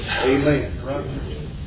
Amen